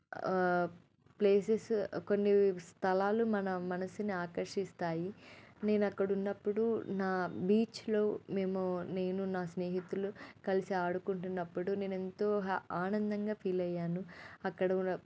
places కొన్ని స్థలాలు మన మనసుని ఆకర్షిస్తాయి నేనక్కడున్నప్పుడు నా బీచ్లో మేము నేను నా స్నేహితులు కలిసి ఆడుకుంటున్నప్పుడు నేనెంతో హ్య ఆనందంగా ఫీల్ అయ్యాను అక్కడ కూడా